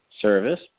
Service